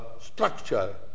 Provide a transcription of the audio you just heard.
structure